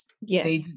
yes